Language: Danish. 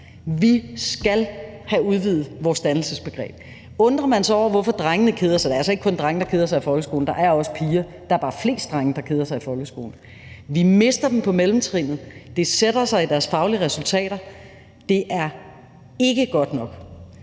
Vi skal have udvidet vores dannelsesbegreb. Man undrer sig over, hvorfor drengene keder sig, og det er altså ikke kun drenge, der keder sig i folkeskolen; det er også piger, men der er bare flest drenge, der keder sig i folkeskolen. Vi mister dem på mellemtrinnet, det sætter sig i deres faglige resultater, og det er ikke godt nok.